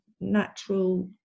natural